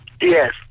Yes